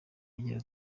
agira